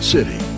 City